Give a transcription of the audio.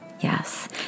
Yes